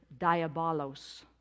diabolos